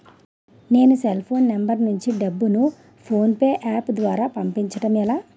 నేను cell phone number నుంచి డబ్బును ను ఫోన్పే అప్ ద్వారా పంపించడం ఎలా?